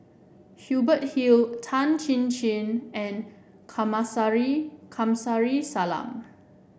Hubert Hill Tan Chin Chin and Kamsari Salam